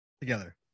together